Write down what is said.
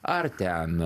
ar ten